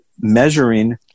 measuring